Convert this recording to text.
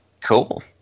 Cool